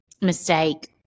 mistake